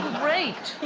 great?